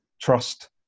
trust